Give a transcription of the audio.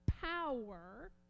power